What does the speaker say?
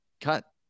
cut